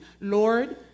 Lord